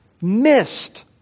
missed